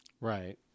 Right